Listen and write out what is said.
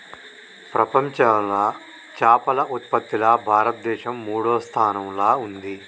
ప్రపంచంలా చేపల ఉత్పత్తిలా భారతదేశం మూడో స్థానంలా ఉంది